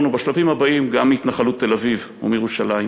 ובשלבים הבאים גם מהתנחלות תל-אביב ומירושלים.